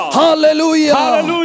hallelujah